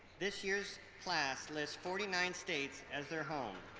this year's class lists forty nine states as their home,